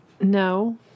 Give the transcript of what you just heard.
no